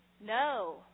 No